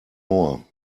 more